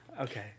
okay